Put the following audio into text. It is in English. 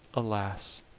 alas!